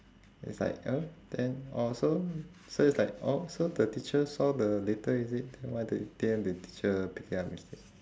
it's like oh then orh so it's like oh so the teacher saw the litter is it then the why didn't the teacher pick it up instead